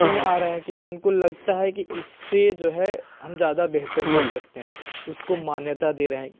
क्यों आ रहें क्योंकि उनको लगता है कि इससे जो है हम ज़्यादा बेहतर कर सकते हैं उसको मान्यता दे रहें